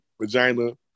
vagina